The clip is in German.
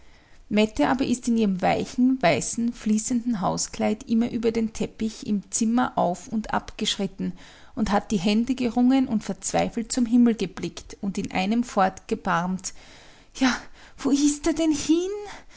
mette aber ist in ihrem weichen weißen fließenden hauskleid immer über den teppich im zimmer auf und ab geschritten und hat die hände gerungen und verzweifelt zum himmel geblickt und in einem fort gebarmt ja wo ist er denn hin